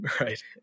right